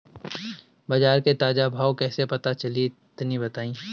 बाजार के ताजा भाव कैसे पता चली तनी बताई?